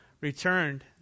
returned